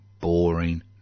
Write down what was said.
Boring